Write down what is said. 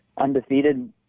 undefeated